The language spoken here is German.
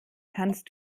kannst